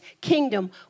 kingdom